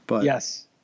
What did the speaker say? Yes